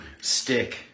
stick